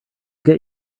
get